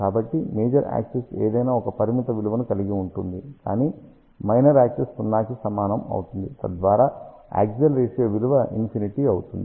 కాబట్టి major axis ఏదైనా ఒక పరిమిత విలువను కలిగి ఉంటుంది కాని మైనర్ యాక్సిస్ 0 కి సమానం అవుతుంది తద్వారా యాక్సియల్ రేషియో విలువ ఇన్ఫినిటీ అవుతుంది